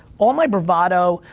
all my bravado,